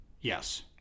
yes